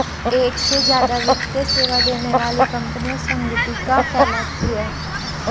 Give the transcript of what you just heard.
एक से ज्यादा वित्तीय सेवा देने वाली कंपनियां संगुटिका कहलाती हैं